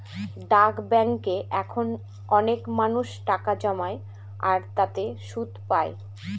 ডাক ব্যাঙ্কে এখন অনেক মানুষ টাকা জমায় আর তাতে সুদ পাই